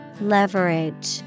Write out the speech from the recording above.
Leverage